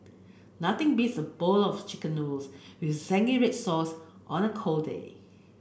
nothing beats a bowl of chicken noodles with zingy red sauce on a cold day